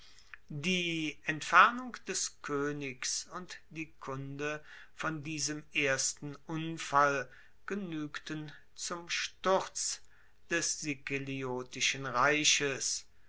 die entfernung des koenigs und die kunde von diesem ersten unfall genuegten zum sturz des sikeliotischen reiches